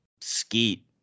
Skeet